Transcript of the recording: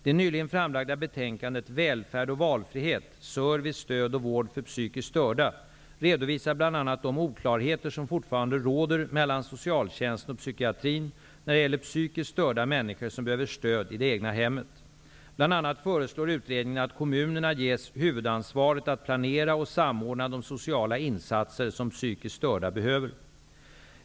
Det nyligen framlagda betänkandet Välfärd och valfrihet -- service, stöd och vård för psykiskt störda, redovisar bl.a. de oklarheter som fortfarande råder mellan socialtjänsten och psykiatrin när det gäller psykiskt störda människor som behöver stöd i det egna hemmet. Bl.a. föreslår utredningen att kommunerna ges huvudansvaret att planera och samordna de sociala insatser som psykiskt störda behöver.